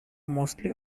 mostly